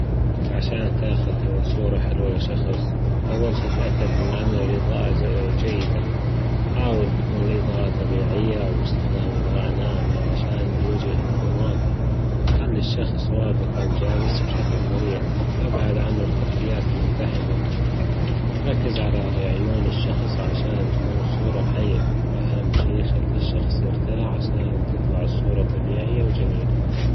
عشان تأخذ صورة حلوة لشخص، أول شي تأكد من أن الإضاءة جيدة، حاول تكون الإضاءة طبيعية أو بإستخدام إضاءة ناعمة عشان الوجه يكون واضح، خلي الشخص واقف أو جالس بشكل مريح، إبعد عنه الخلفيات المزدحمة ركز على عيون الشخص عشان تكون الصورة حية، وأهم شي خلي الشخص يرتاح عشان تطلع الصورة طبيعية وجميلة.